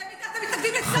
אתם מתנגדים לצה"ל.